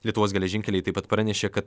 lietuvos geležinkeliai taip pat pranešė kad